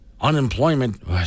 unemployment